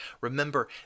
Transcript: Remember